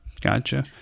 gotcha